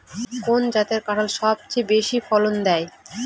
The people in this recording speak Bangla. কোন জাতের কাঁঠাল সবচেয়ে বেশি ফলন দেয়?